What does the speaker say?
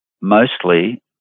mostly